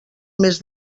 més